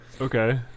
Okay